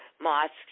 mosques